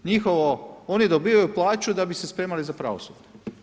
Njihovo, oni dobivaju plaću da bi se spremali za pravosudni.